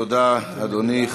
תודה, אדוני.